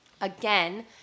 again